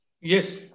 Yes